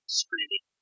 screaming